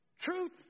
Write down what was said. truth